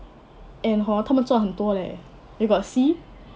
and hor 他们赚很多 leh you got see